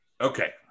okay